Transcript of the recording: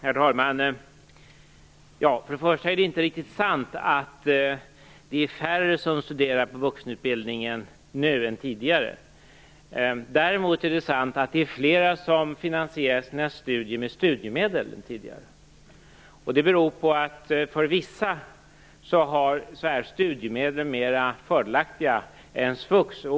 Herr talman! Först och främst är det inte riktigt sant att det nu är färre som vuxenstuderar än tidigare. Däremot är det sant att det är flera som finansierar sina studier med studiemedel än tidigare. Det beror på att studiemedlen för vissa är mer fördelaktiga än svux.